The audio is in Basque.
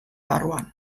barruan